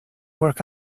work